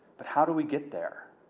but how do we get there?